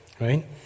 Right